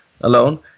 alone